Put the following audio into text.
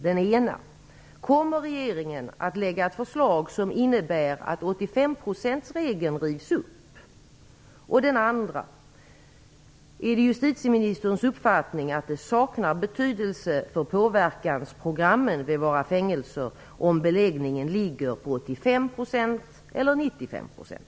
Den ena lyder: Kommer regeringen att lägga fram förslag som innebär att 85-procentsregeln rivs upp? Den andra frågan är: Är det justitieministerns uppfattning att det saknar betydelse för påverkansprogrammen vid våra fängelser om beläggningen ligger på 85 % eller på 95 %?